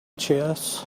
chess